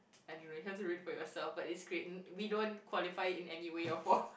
I don't know you have to read for yourself but it's great we don't qualify in anyway or